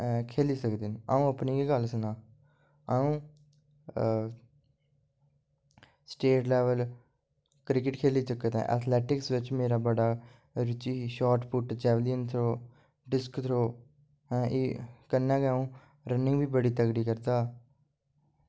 ऐ खेल्ली सकदे न अं'ऊ अपनी गै गल्ल सनांऽ अं'ऊ स्टेट लैवल क्रिकेट खेल्ली चुक्के दा एथलैटिक्स बिच मेरा बड़ा रुचि ही shot put javelin throw disc throw हैं एह् कन्नै गै अं'ऊ रनिंग बी बड़ी तगड़ी करदा हा